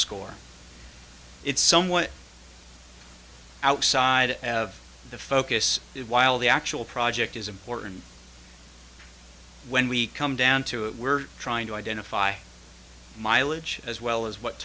score it's somewhat outside of the focus while the actual project is important when we come down to it we're trying to identify mileage as well as what